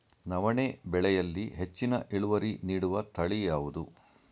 ನವಣೆ ಬೆಳೆಯಲ್ಲಿ ಹೆಚ್ಚಿನ ಇಳುವರಿ ನೀಡುವ ತಳಿ ಯಾವುದು?